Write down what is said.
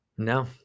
No